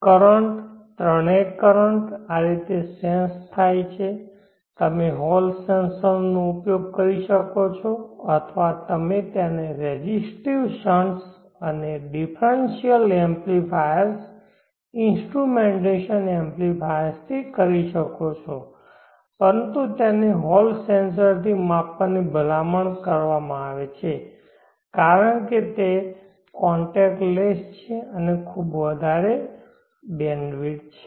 current ત્રણેય current આ રીતે સેન્સ થાય છે તમે હોલ સેન્સરનો ઉપયોગ કરી શકો છો અથવા તમે તેને રેઝીસ્ટીવ શન્ટ્સ અને ડિફરન્શિયેલ એમ્પ્લીફાયર્સ ઇન્સ્ટ્રુમેન્ટેશન એમ્પ્લીફાયર્સથી કરી શકો છો પરંતુ તેને હોલ સેન્સરથી માપવાની ભલામણ કરવામાં આવે છે કારણ કે તે કોન્ટેક્ટલેસ છે અને તેને ખૂબ વધારે બેન્ડવિડ્થ છે